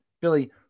Billy